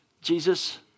Jesus